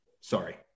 Sorry